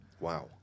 Wow